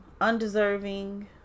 undeserving